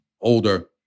older